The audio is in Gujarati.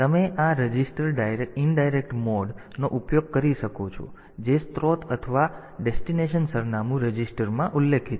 તમે આ રજિસ્ટર ઇનડાયરેક્ટ મોડ નો ઉપયોગ કરી શકો છો જે સ્ત્રોત અથવા ગંતવ્યનું સરનામું રજિસ્ટરમાં ઉલ્લેખિત છે